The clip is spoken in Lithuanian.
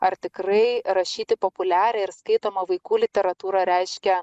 ar tikrai rašyti populiarią ir skaitomą vaikų literatūrą reiškia